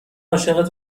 عاشق